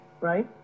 right